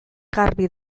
garbi